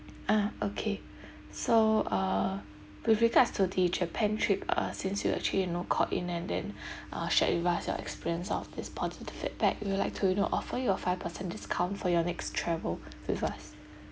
ah okay so uh with regards to the japan trip uh since you actually you know called in and then uh shared with us your experience of this positive feedback we'd like to you know offer you a five percent discount for your next travel with us